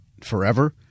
forever